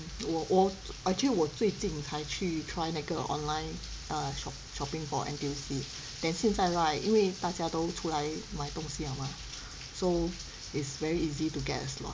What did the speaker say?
mm 我我 actually 我最近才去那个 online err shop shopping for N_T_U_C then 现在 right 因为大家都出来卖东西了嘛 so it's very easy to get a slot